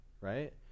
right